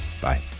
Bye